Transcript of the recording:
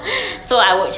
okay lah